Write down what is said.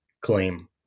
claim